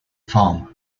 farm